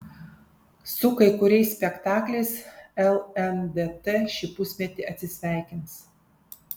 su kai kuriais spektakliais lndt šį pusmetį atsisveikins